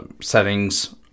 settings